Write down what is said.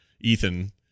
ethan